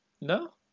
No